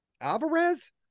alvarez